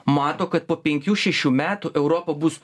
mato kad po penkių šešių metų europa bus